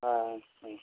অঁ অঁ অঁ